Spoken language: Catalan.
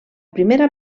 primera